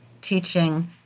teaching